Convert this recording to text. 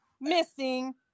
missing